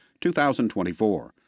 2024